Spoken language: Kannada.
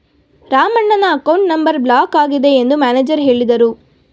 ರಾಮಣ್ಣನ ಅಕೌಂಟ್ ನಂಬರ್ ಬ್ಲಾಕ್ ಆಗಿದೆ ಎಂದು ಮ್ಯಾನೇಜರ್ ಹೇಳಿದರು